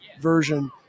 version